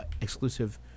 exclusive